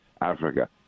Africa